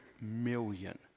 million